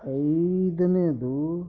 ಐದನೇದು